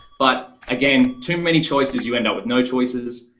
but again, too many choices, you end up with no choices.